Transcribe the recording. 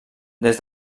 des